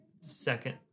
second